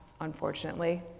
unfortunately